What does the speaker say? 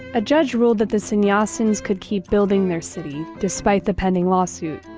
a judge ruled that the sannyasins could keep building their city despite the pending lawsuit,